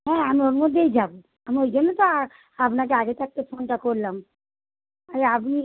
হ্যাঁ আমি ওর মধ্যেই যাবো আমি ওই জন্য তো আপনাকে আগে থাকতে ফোনটা করলাম আর আপনি